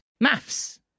Maths